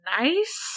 nice